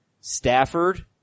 Stafford